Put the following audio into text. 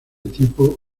tipo